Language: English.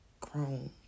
grown